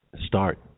start